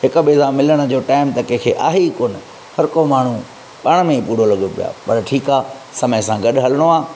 हिकु ॿिए सां मिलण जो टाइम त कंहिंखे आहे ई कोन्हे पर को माण्हू पाण में पूरो लॻियो पियो आहे पर ठीक आहे समय सां गॾु हलणो आहे